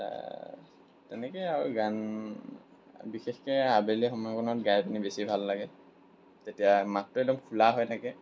তেনেকৈয়ে আৰু গান বিশেষকৈ আবেলি সময়কণত গাই পিনি বেছি ভাল লাগে তেতিয়া মাতটো একদম খোলা হৈ থাকে